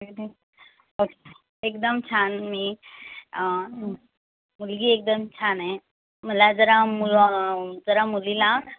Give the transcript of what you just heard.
एकदम ओके एकदम छान मी मुलगी एकदम छान आहे मला जरा मु जरा मुलीला